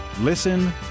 Listen